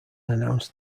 announce